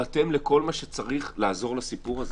נירתם לכל מה שצריך לעזור לסיפור הזה,